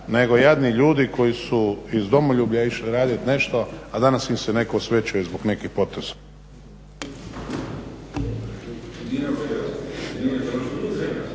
nego jadni ljudi koji su iz domoljublja išli raditi nešto a danas im se netko osvećuje zbog nekih poteza.